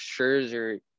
scherzer